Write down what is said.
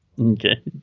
Okay